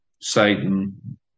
Satan